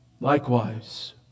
Likewise